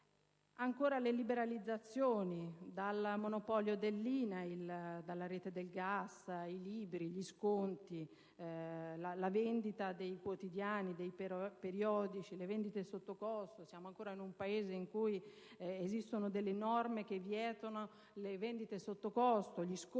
delle liberalizzazioni: dal monopolio dell'INAIL alla rete del gas, ai libri, agli sconti, alla vendita dei quotidiani e dei periodici, alle vendite sottocosto (siamo ancora un Paese in cui esistono norme che vietano le vendite sottocosto, gli sconti)